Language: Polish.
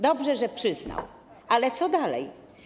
Dobrze, że przyznał, ale co dalej?